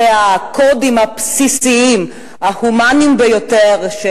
הרי הקודים הבסיסיים ההומניים ביותר של